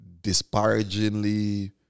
disparagingly